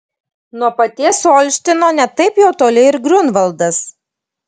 nuo paties olštyno ne taip jau toli ir griunvaldas